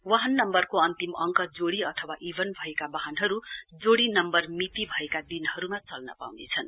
वाहन नम्बरको अन्तिम अड्क जोड़ी अथवा इभन भएका बाहनहरू जोड़ी नम्बर मिति भएका दिनहरूमा चल्न पाउनेछन्